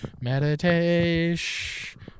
Meditation